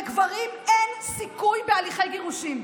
לגברים אין סיכוי בהליכי גירושים.